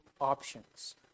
options